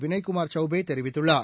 வினய்குமார் சௌபே தெரிவித்துள்ளார்